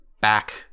back